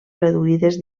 reduïdes